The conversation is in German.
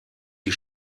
die